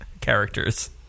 Characters